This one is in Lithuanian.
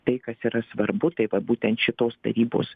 tai kas yra svarbu tai va būtent šitos tarybos